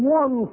one